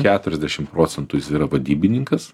keturiasdešim procentų jis yra vadybininkas